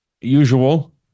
usual